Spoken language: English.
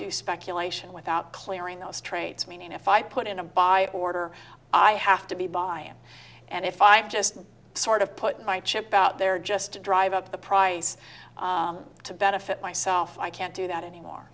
do speculation without clearing those traits meaning if i put in a buy order i have to be buy and if i'm just sort of put my chip out there just to drive up the price to benefit myself i can't do that anymore